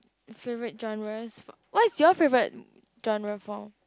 favourite genres what is your favourite genre for